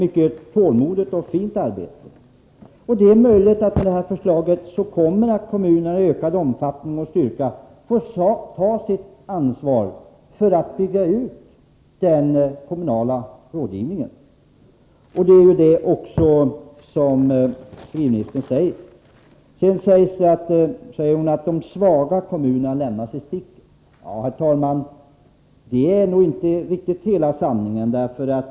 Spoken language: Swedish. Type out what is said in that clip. Det är möjligt att kommunerna med detta förslag i ökad omfattning får ta sitt ansvar för att bygga ut den kommunala rådgivningen. Det är ju också det som civilministern säger. Nu påstår Mona Saint Cyr att de svaga kommunerna lämnas i sticket. Det är nog inte riktigt hela sanningen.